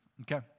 Okay